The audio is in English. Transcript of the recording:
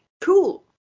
Cool